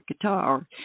guitar